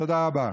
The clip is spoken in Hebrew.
תודה רבה.